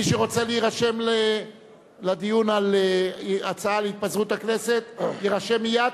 מי שרוצה להירשם לדיון על ההצעה על התפזרות הכנסת יירשם מייד,